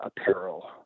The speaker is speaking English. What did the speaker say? apparel